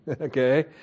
okay